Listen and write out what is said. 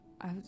I-